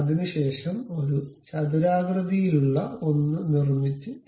അതിനുശേഷം ഒരു ചതുരാകൃതിയിലുള്ള ഒന്ന് നിർമ്മിച്ച് തിരിക്കുക